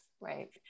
Right